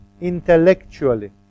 intellectually